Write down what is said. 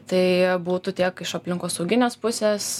tai būtų tiek iš aplinkosauginės pusės